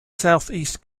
southeast